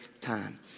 time